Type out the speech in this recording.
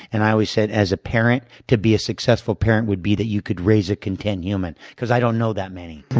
and i always said as a parent, to be a successful parent would be that you could raise a content human because i don't know that many.